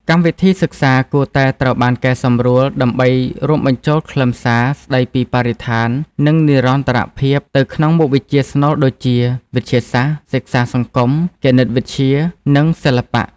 កម្មវិធីសិក្សាគួរតែត្រូវបានកែសម្រួលដើម្បីរួមបញ្ចូលខ្លឹមសារស្តីពីបរិស្ថាននិងនិរន្តរភាពទៅក្នុងមុខវិជ្ជាស្នូលដូចជា វិទ្យាសាស្ត្រ សិក្សាសង្គម គណិតវិទ្យា និងសិល្បៈ។